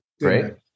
Great